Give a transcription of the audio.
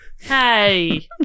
Hey